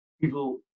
people